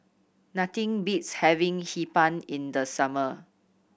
nothing beats having Hee Pan in the summer